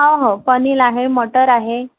हो हो पनीर आहे मटर आहे